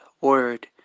Word